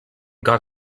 got